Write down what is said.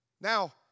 Now